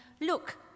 Look